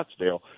Scottsdale